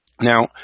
Now